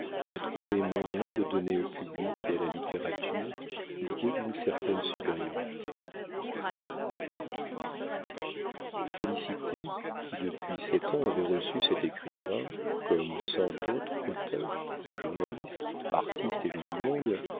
a trouvé moyen de donner au public et à la littérature l'idée d'une certaine supériorité félicité qui depuis sept ans avait reçu cet écrivain comme cent autres auteurs journalistes artistes et gens du monde